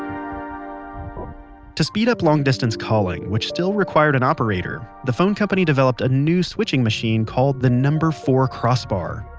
um to speed up long-distance calling, which still required an operator, the phone company developed a new switching machine called the number four crossbar.